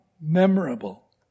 memorable